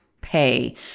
pay